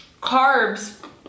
carbs